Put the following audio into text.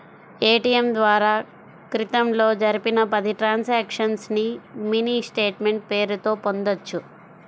ATM ద్వారా క్రితంలో జరిపిన పది ట్రాన్సక్షన్స్ ని మినీ స్టేట్ మెంట్ పేరుతో పొందొచ్చు